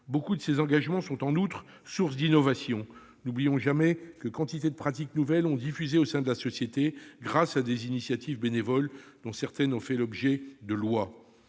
Beaucoup de ces engagements sont en outre source d'innovation. N'oublions jamais que quantité de pratiques nouvelles ont été diffusées au sein de la société grâce à des initiatives bénévoles, dont certaines ont donné lieu à des lois.